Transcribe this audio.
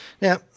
Now